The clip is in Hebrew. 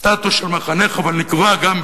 אבל סטטוס של מחנך נקבע גם,